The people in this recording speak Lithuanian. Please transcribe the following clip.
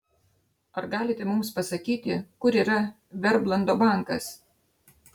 ar galite mums pasakyti kur yra vermlando bankas